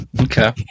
Okay